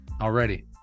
already